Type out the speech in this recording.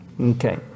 Okay